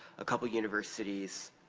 a couple universities.